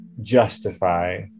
justify